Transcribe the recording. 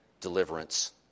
deliverance